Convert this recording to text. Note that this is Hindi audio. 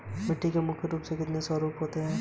मिट्टी के मुख्य रूप से कितने स्वरूप होते हैं?